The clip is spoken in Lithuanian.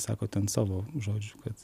sako ten savo žodžiu kad